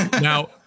Now